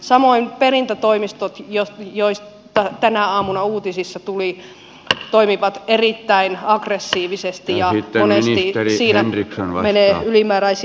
samoin perintätoimistot joista tänä aamuna uutisissa tuli toimivat erittäin aggressiivisesti ja monesti siinä menee ylimääräisiä